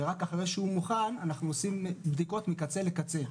ורק אחרי שהוא מוכן אנחנו עושים בדיקות מקצה לקצה.